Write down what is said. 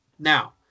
Now